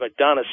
McDonough